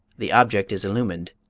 the object is illumined,